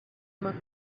uma